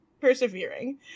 persevering